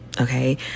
Okay